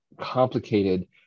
complicated